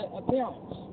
appearance